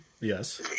yes